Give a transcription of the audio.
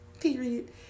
Period